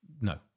no